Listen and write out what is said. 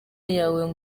yawe